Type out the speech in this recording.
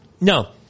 No